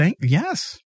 Yes